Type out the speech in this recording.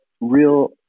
real